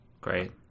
Great